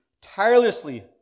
tirelessly